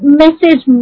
message